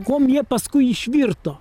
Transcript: kuom jie paskui išvirto